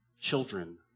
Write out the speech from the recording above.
children